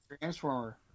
Transformer